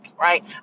right